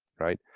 right?